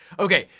okay,